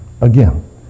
again